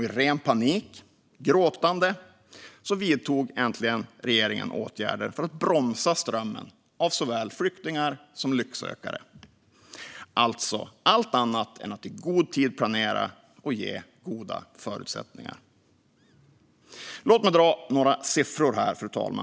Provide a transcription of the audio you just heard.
I ren panik, gråtande, vidtog regeringen äntligen åtgärder för att bromsa strömmen av såväl flyktingar som lycksökare. Det var allt annat än att i god tid planera och ge goda förutsättningar. Låt mig dra några siffror, fru talman!